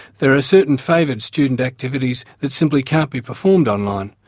there are certain favoured student activities that simply can't be performed online,